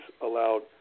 allowed